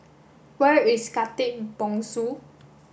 where is Khatib Bongsu